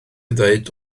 ddweud